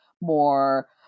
more